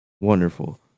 wonderful